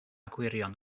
gwirion